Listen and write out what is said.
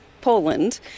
Poland